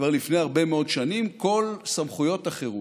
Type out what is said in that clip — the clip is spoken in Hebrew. כבר לפני הרבה מאוד שנים: כל סמכויות החירום,